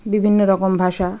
বিভিন্ন রকম ভাষা